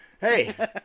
Hey